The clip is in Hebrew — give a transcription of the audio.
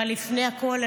אבל לפני הכול,